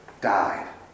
died